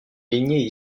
lignée